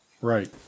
Right